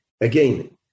again